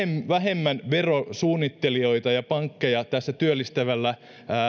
vähemmän verosuunnittelijoita ja pankkeja työllistävällä